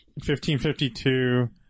1552